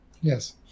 Yes